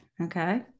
okay